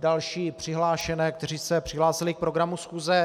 další přihlášené, kteří se přihlásili k programu schůze.